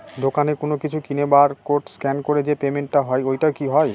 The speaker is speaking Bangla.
দোকানে কোনো কিছু কিনে বার কোড স্ক্যান করে যে পেমেন্ট টা হয় ওইটাও কি হয়?